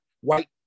white